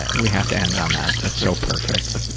and we have to end on that. that's so perfect.